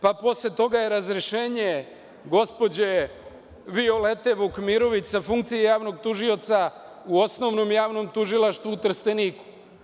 Posle toga je razrešenje gospođe Violete Vukmirović sa funkcije javnog tužioca u Osnovnom javnom tužilaštvu u Trsteniku.